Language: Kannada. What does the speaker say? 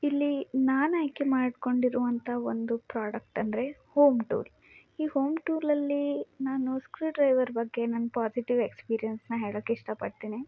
ಇಲ್ಲಿ ನಾನು ಆಯ್ಕೆ ಮಾಡ್ಕೊಂಡಿರುವಂಥ ಒಂದು ಪ್ರೋಡಕ್ಟ್ ಅಂದರೆ ಹೋಮ್ ಟೂಲ್ ಈ ಹೋಮ್ ಟೂಲಲ್ಲಿ ನಾನು ಸ್ಕ್ರೂಡ್ರೈವರ್ ಬಗ್ಗೆ ನನ್ನ ಪೋಸಿಟಿವ್ ಎಕ್ಸ್ಪೀರಿಯನ್ಸನ್ನ ಹೇಳಕ್ಕೆ ಇಷ್ಟಪಡ್ತೀನಿ